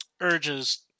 urges